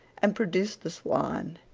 and produced the swan,